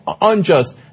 unjust